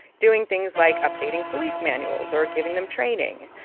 doing things like updating police manuals or giving them training.